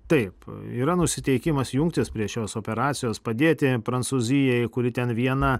taip yra nusiteikimas jungtis prie šios operacijos padėti prancūzijai kuri ten viena